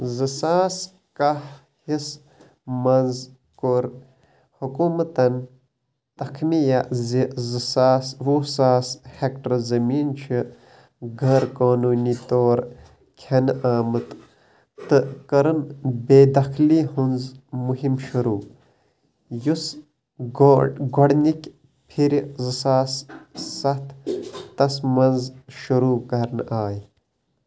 زٕ ساس کاہِس منٛز كوٚر حکوٗمتن تخمِیہ زِ زٕ ساس وُہ ساس ہیکٹر زٔمیٖن چھِ غٲر قٲنوٗنی طور کھٮ۪نہٕ آمُت تہٕ كٔرٕن بے دخلی ہٕنٛز مُہِم شروٗع یُس گۄڈ گۄڈنِكۍ پھِرِ زٕ ساس سَتھتَس منٛز شروع کرنہٕ آیہِ